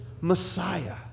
Messiah